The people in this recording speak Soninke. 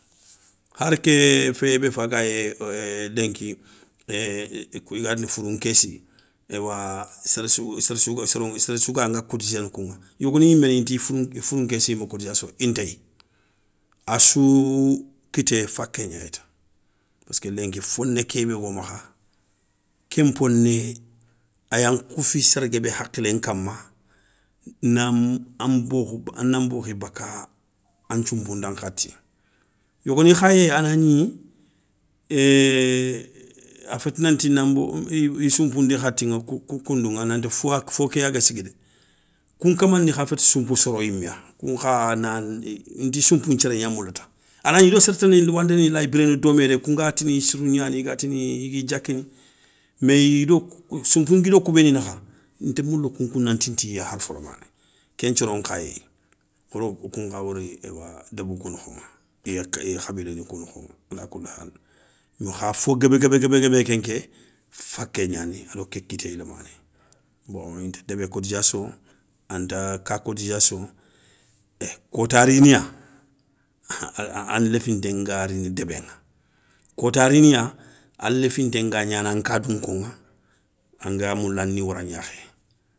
Hari ké féyé bé fagayé lenki i ga tini fourou nkéssi, éywa séré sougay anga cotiséné kouŋa, yogoni yimé inti fourou fourou nkéssi yimé cotisation intéy, assou kité faké gnayta. paské lenki foné kébé go makha ké nponé a yan khoufi séré guébé hakhilé nkama. na an bokhou nan nbokhi baka an thioupou nda nkhati. Yogoni kha yéyi a anagni, a féti nanti nan bo i sounpou ndi khatiŋa koundouŋa nanti fo ké yaga sigi dé. kou nkama ni ya féti sounpou soro yima, kounkha na inti sounpou nthiéré gna moulata. Anagni i do séré tanani wandéni lay biréné domé dé. kounga tini i sirou gnani, i ga tini i gui diakini mais i do sounpou ngui do kou béni nakha inta moula kounkou na ntintiya har folomané, ken thioro nkha yéyi. Wodo kou nknha wori eywa deubou kou nokhoŋa iya khabilani kou nokhoŋa alakoulihal, yo kha fo guébé guébé guébé kenké faké gnani ado ké kitéyé lamané. Bon inta débé cotisation, anta ka cotisation éh kota riniya, ha a léfinté nga rini, debeŋa, kota riniya a léfinté nga gnana an ka dounko ŋa, anga moula ani wora gnakhé.